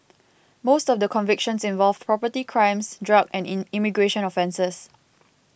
most of the convictions involved property crimes drug and in immigration offences